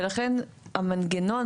כי זה הגמישות הזאת היא נשמע טוב,